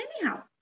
anyhow